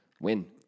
Win